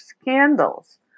scandals